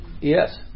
Yes